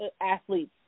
athletes